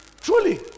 Truly